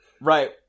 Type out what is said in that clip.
Right